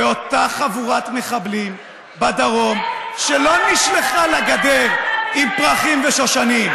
באותה חבורת מחבלים בדרום שלא נשלחה לגדר עם פרחים ושושנים.